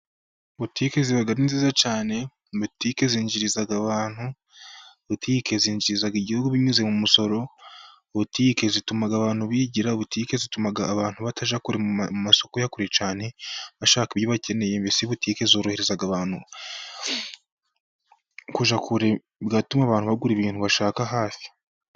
Butiki ziba ari nziza cyane, butiki zinjiriza abantu, butiki zinjiriza igihugu binyuze mu musoro, butiki zituma abantu bigira, butiki zituma abantu batajya kure, mu masoko ya kure cyane bashaka ibyo bakeneye, mbese butiki zorohereza abantu kujya kure bigatuma abantu bagura ibintu bashaka hafi.